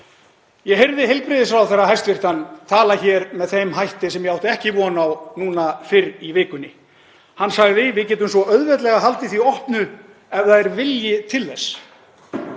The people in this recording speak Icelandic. Ég heyrði hæstv. heilbrigðisráðherra tala hér með þeim hætti sem ég átti ekki von á núna fyrr í vikunni. Hann sagði: Við getum svo auðveldlega haldið því opnu ef það er vilji til þess.